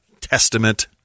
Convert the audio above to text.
Testament